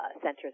centers